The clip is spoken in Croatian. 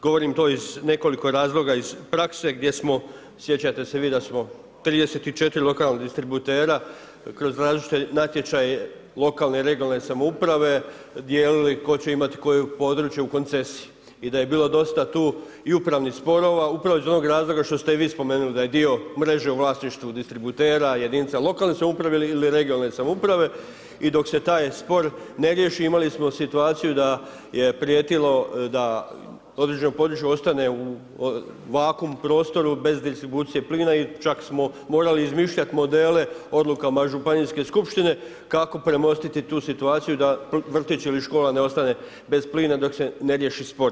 Govorim to iz nekoliko razloga, iz prakse gdje smo sjećate se da smo 34 lokalnih distributera kroz različite natječaje lokalne, regionalne samouprave, dijelili tko će imati koje područje u koncesiji i da je bilo dosta tu i upravnih sporova upravo iz onog razloga što ste vi i spomenuli, da je dio mreže u vlasništvu distributera, jedinica lokalne samouprave ili regionalne samouprave i dok se taj spor ne riješi, imali smo situaciju da je prijetilo da određeno područje ostane u vakuum prostoru bez distribucije plina i čak smo morali izmišljati modele, odlukama županijske skupštine kako premostiti tu situaciju da vrtić ili škola ne ostane bez plin dok se ne riješi spor.